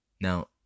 Now